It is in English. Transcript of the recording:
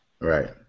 Right